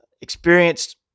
experienced